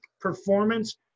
performance